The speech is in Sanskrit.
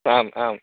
आम् आम्